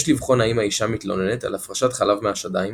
יש לבחון האם האישה מתלוננת על הפרשת חלב מהשדיים